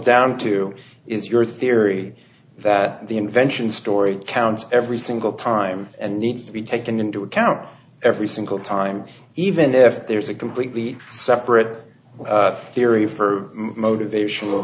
down to is your theory that the invention story counts every single time and need to be taken into account every single time even if there is a completely separate theory for motivational